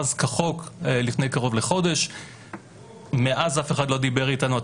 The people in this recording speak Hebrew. לפני קרוב לחודש הוכרז כחוק סכסוך עבודה.